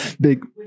big